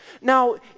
Now